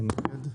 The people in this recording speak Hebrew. מי נגד?